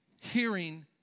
hearing